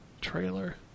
Trailer